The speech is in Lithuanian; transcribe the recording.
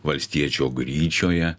valstiečio gryčioje